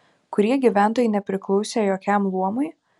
kurie gyventojai nepriklausė jokiam luomui